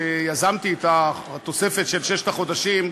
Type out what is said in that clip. שיזמתי את התוספת של ששת החודשים,